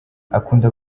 akunda